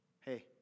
Hey